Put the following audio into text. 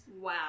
Wow